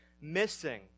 missing